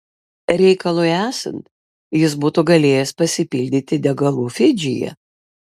reikalui esant jis būtų galėjęs pasipildyti degalų fidžyje